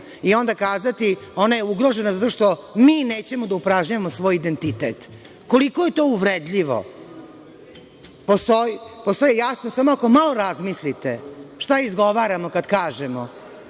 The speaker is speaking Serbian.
i onda kazati, ona je ugrožena zato što mi nećemo da upražnjavamo svoj identitet. Koliko je to uvredljivo, postoji jasno, samo ako malo razmislite šta izgovaramo kada kažemo,